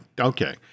Okay